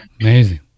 Amazing